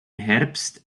herbst